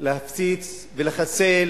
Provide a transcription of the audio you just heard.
להפציץ ולחסל